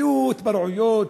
היו התפרעויות,